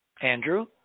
Andrew